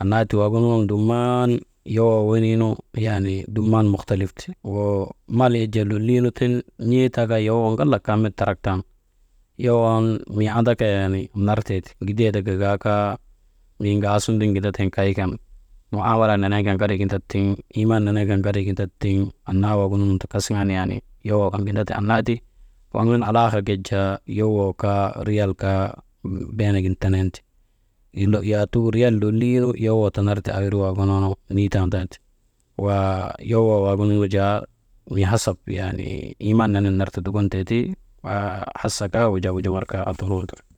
annaa ti waagununu dumman yowoo wenii yaanii muhtalip ti, wo mal yak jaa lolii nu tiŋ n̰ee kaa yowoo ŋalak kaa met tarak tan yowon mii andaka nartee ti, giden ti gagaakaa mii ŋaasuŋun tiŋ gindatee nu kay kan, muaamalaa nenee kan ŋari gindatee tiŋ kay kan annaa waagunu ti kasiŋ yaani, yowoo kan kindate annaa ti, waŋ yaŋ alaakak yak jaa riyal kaa yowoo kaa beenagin tenen ti. «hesitation» riyal lolii yowoo tanar ti aawirii waagunu, niitandaati, waa yowoo waagunu jaa, mii hasap yaanii iman nenen ta dukon tee ti. Waa hasa kaa, wujaa wujunŋar kaa.